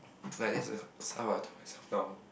like that's the stuff I told myself now ah